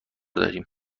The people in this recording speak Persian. داریم